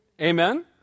Amen